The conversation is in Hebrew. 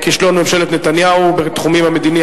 כישלון ממשלת נתניהו בתחומים המדיני,